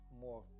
more